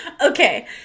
Okay